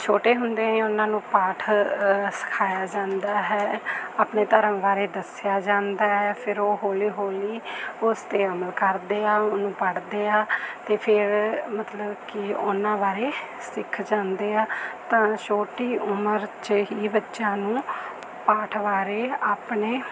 ਛੋਟੇ ਹੁੰਦਿਆਂ ਹੀ ਉਹਨਾਂ ਨੂੰ ਪਾਠ ਸਿਖਾਇਆ ਜਾਂਦਾ ਹੈ ਆਪਣੇ ਧਰਮ ਬਾਰੇ ਦੱਸਿਆ ਜਾਂਦਾ ਹੈ ਫਿਰ ਉਹ ਹੌਲੀ ਹੌਲੀ ਉਸ 'ਤੇ ਅਮਲ ਕਰਦੇ ਆ ਉਹਨੂੰ ਪੜ੍ਹਦੇ ਆ ਅਤੇ ਫਿਰ ਮਤਲਬ ਕਿ ਉਹਨਾਂ ਬਾਰੇ ਸਿੱਖ ਜਾਂਦੇ ਆ ਤਾਂ ਛੋਟੀ ਉਮਰ 'ਚ ਹੀ ਬੱਚਿਆਂ ਨੂੰ ਪਾਠ ਬਾਰੇ ਆਪਣੇ